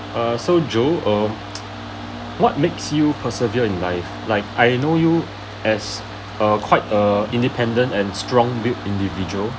err so joe err what makes you persevere in life like I know you as a quite a independent and strong build individual